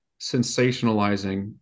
sensationalizing